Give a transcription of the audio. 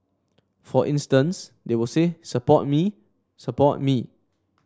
for instance they will say support me support me